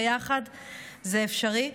זה אפשרי.